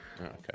Okay